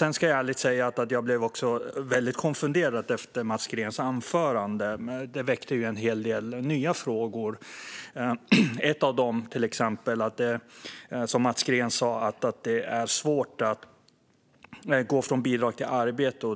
Jag ska ärligt säga att jag också blev väldigt konfunderad av Mats Greens anförande. Det väckte en hel del nya frågor. En av dem rör det som Mats Green sa om att det är svårt att gå från bidrag till arbete.